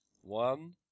One